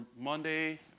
Monday